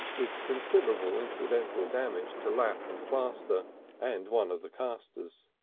with considerable incidental damage to lath and plaster and one of the castors.